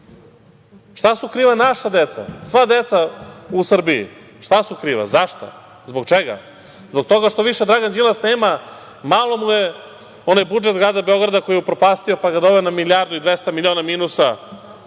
Šta su kriva naša deca, sva deca u Srbiji? Šta su kriva, zašta, zbog čega? Zbog toga što više Dragan Đilas nema, malo mu je onaj budžet Grada Beograda koji je upropastio, pa ga doveo na milijardu i 200 miliona minusa,